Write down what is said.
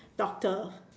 doctor